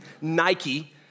Nike